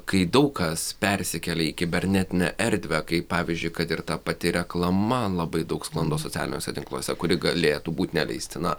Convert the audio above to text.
kai daug kas persikėlė į kibernetinę erdvę kaip pavyzdžiui kad ir ta pati reklama labai daug sklando socialiniuose tinkluose kuri galėtų būt neleistina